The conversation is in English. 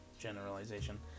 generalization